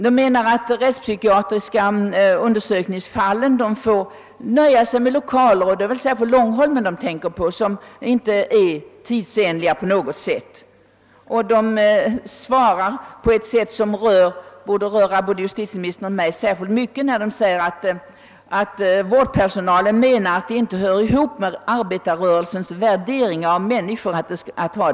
Personalen hävdar att de som skall undersökas rättspsykiatriskt ofta får nöja sig med lokaler som inte är tidsenliga — härvidlag tänker de främst på Långholmen. De säger att det inte hör ihop med arbetarrörelsens värdering av människor att ha det på detta sätt.